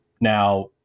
Now